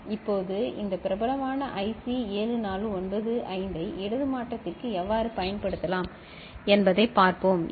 இப்போது இந்த பிரபலமான ஐசி 7495 ஐ இடது மாற்றத்திற்கு எவ்வாறு பயன்படுத்தலாம் என்பதைப் பார்ப்போம்